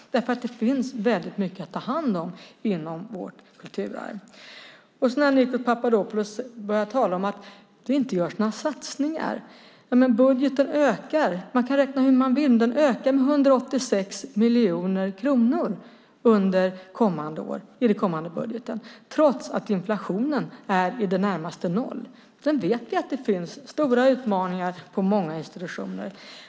Det finns mycket att ta hand om inom vårt kulturarv. Nikos Papadopoulos talar om att det inte görs några satsningar. Budgeten ökar. Man kan räkna hur man vill, men den ökar med 186 miljoner kronor under kommande år i den kommande budgeten - trots att inflationen är i det närmaste noll. Vi vet att det finns stora utmaningar på många institutioner.